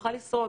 שאוכל לשרוד.